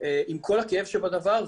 עם כל הכאב שבדבר,